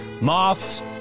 moths